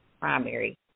primary